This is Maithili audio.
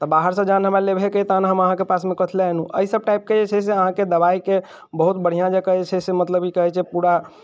तऽ बाहरसँ जहन हमरा लेबहेके अइ तहन हम अहाँके पासमे कथी लए एनहुँ अइ सभ टाइपके जे छै से अहाँके दबाइके बहुत बढ़िआँ जकाँ जे छै से मतलब ई कहै छै पूरा